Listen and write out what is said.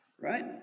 right